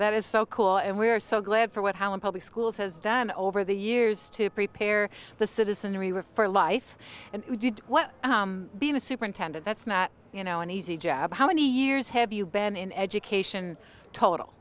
that is so cool and we are so glad for what how in public schools has done over the years to prepare the citizenry were for life and we did what being a superintendent that's not you know an easy jab how many years have you been in education total